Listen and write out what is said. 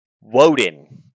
Woden